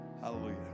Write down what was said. Hallelujah